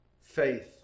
Faith